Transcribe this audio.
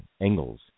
angles